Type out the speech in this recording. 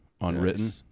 Unwritten